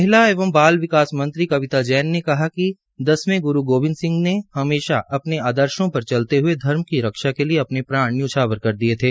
महिला एवं बाल विकास मंत्री कविता जैन ने कहा है कि दसवे ग्रू गोबिंद सिंह ने हमेशा अपने आदर्शो पर चलते हये धर्म की रक्षा के लिये अपने प्राण न्यौछावर कर दिये थे